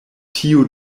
tiu